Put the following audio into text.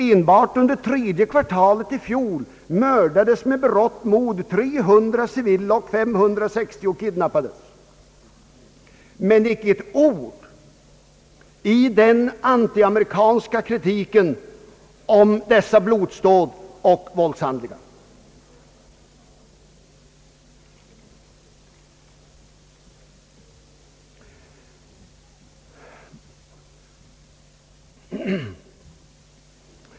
Enbart under tredje kvartalet i fjol mördades med berått mod 300 civila och 560 kidnappades, men inte ett ord har hörts i den antiamerikanska kritiken mot dessa blodsdåd och våldshandlingar.